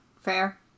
Fair